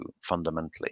fundamentally